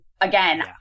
Again